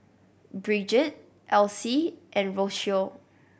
Brigid Elsie and Rocio